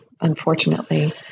unfortunately